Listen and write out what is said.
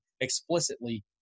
explicitly